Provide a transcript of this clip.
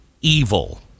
evil